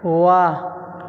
वाह